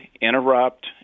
interrupt